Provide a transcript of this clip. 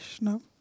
No